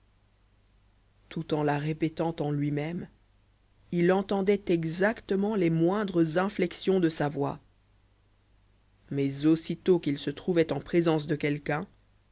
tout en la répétant en lui-même il entendait exactement les moindres inflexions de sa voix mais aussitôt qu'il se trouvait en présence de quelqu'un